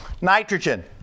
Nitrogen